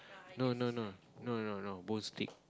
no no no no no no won't stick